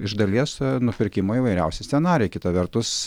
iš dalies nupirkimo įvairiausi scenarijai kita vertus